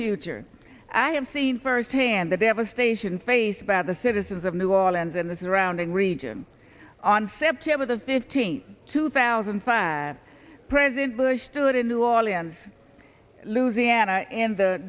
future i have seen firsthand the devastation faced by the citizens of new orleans and the surrounding region on september the fifteenth two thousand and five president bush stood in new orleans louisiana in the